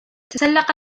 تسلق